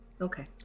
Okay